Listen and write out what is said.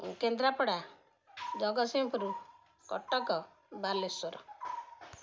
Kendrapara Jagatsinghpur Cuttack Balasore